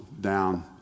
down